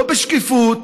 לא בשקיפות.